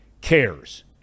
cares